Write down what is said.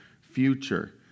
future